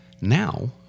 Now